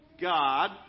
God